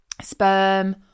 Sperm